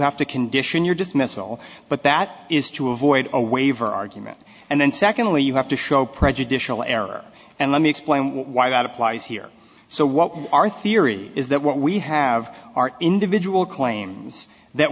have to condition your dismissal but that is to avoid a waiver argument and then secondly you have to show prejudicial error and let me explain why that applies here so what our theory is that what we have are individual